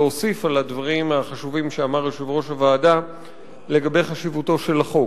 להוסיף על הדברים החשובים שאמר יושב-ראש הוועדה לגבי חשיבות החוק.